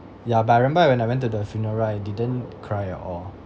ya but I remember when I went to the funeral I didn't cry or